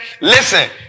Listen